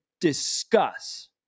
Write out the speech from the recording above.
discuss